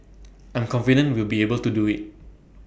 I'm confident we'll be able to do IT